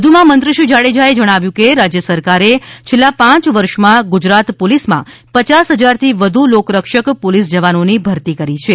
વધુમાં મંત્રી શ્રી જાડેજાએ જણાવ્યું કે રાજ્ય સરકારે છેલ્લા પાંચ વર્ષમાં ગુજરાત પોલીસમાં પયાસ હજારથી વધુ લોકરક્ષક પોલીસ જવાનોની ભરતી કરી છે